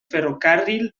ferrocarril